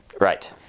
Right